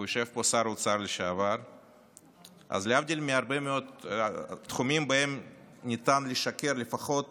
ויושב פה שר אוצר לשעבר, שבהם ניתן לשקר לפחות